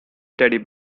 teddy